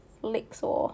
flexor